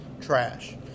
trash